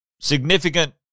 Significant